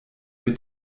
mit